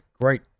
great